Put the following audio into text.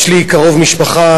יש לי קרוב משפחה,